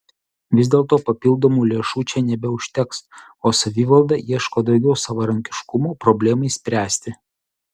vis dėlto papildomų lėšų čia nebeužteks o savivalda ieško daugiau savarankiškumo problemai spręsti